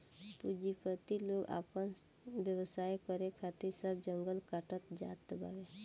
पूंजीपति लोग आपन व्यवसाय करे खातिर सब जंगल काटत जात बावे